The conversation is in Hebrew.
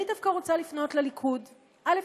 אני דווקא רוצה לפנות לליכוד: א.